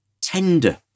tender